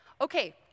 Okay